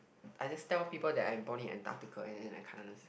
I just tell people that I body Antarctica and then I can't ah